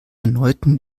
erneuten